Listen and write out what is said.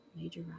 major